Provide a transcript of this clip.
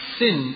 sin